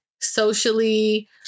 socially